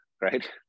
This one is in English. right